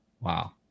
wow